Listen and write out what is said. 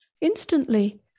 Instantly